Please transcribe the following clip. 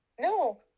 No